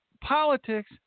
Politics